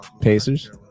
Pacers